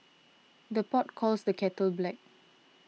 the pot calls the kettle black